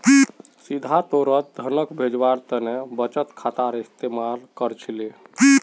सीधा तौरत धनक भेजवार तने बचत खातार इस्तेमाल कर छिले